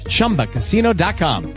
ChumbaCasino.com